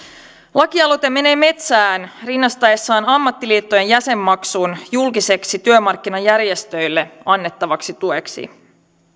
lakialoite menee metsään rinnastaessaan ammattiliittojen jäsenmaksun julkiseksi työmarkkinajärjestöille annettavaksi tueksi